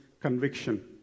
conviction